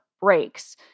breaks